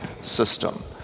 system